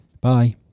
Bye